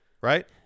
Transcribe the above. right